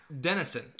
Denison